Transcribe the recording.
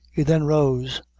he then rose,